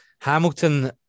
Hamilton